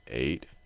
eight,